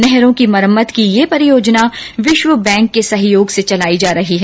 नहरों की मरम्मत की यह परियोजना विश्व बैंक के सहयोग से चलाई जा रही है